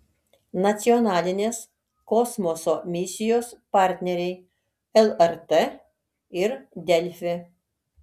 nacionalinės kosmoso misijos partneriai lrt ir delfi